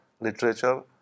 literature